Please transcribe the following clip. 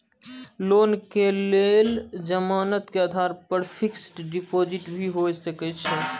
Loan के लेल जमानत के आधार पर फिक्स्ड डिपोजिट भी होय सके छै?